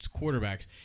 quarterbacks